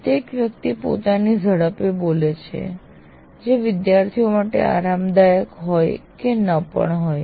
પ્રત્યેક વ્યક્તિ પોતાની ઝડપે બોલે છે જે વિદ્યાર્થીઓ માટે આરામદાયક હોય કે ન પણ હોય